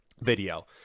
video